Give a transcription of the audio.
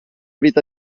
vita